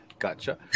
Gotcha